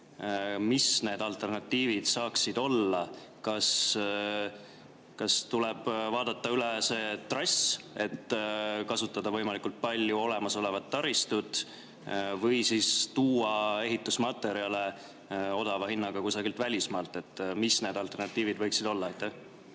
Mis need alternatiivid saaksid olla? Kas tuleb vaadata üle see trass, et kasutada võimalikult palju olemasolevat taristut, või siis tuua ehitusmaterjale odava hinnaga kusagilt välismaalt? Mis need alternatiivid võiksid olla?